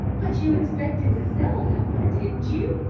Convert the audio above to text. but you expected to sell that one, didn't you?